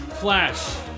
Flash